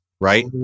right